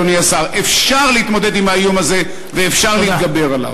אדוני השר: אפשר להתמודד עם האיום הזה ואפשר להתגבר עליו.